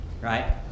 right